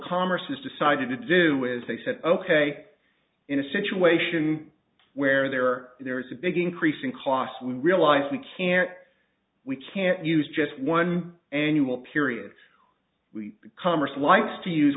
congress has decided to do is they said ok in a situation where there there is a big increase in costs we realize we can't we can't use just one annual period we commerce likes to use